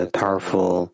powerful